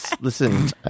listen